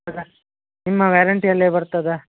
ನಿಮ್ಮ ವ್ಯಾರೆಂಟಿಯಲ್ಲೇ ಬರ್ತದ್ಯ